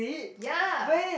ya